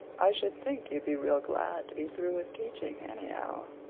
i should think you'd be real glad to be through with teaching, anyhow.